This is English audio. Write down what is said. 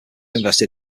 invested